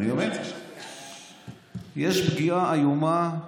אני אומר: יש פגיעה איומה,